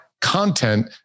content